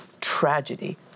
tragedy